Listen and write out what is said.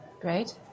Great